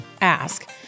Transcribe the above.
ask